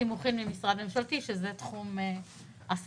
סימוכין ממשרד ממשלתי שזה תחום עשייתו.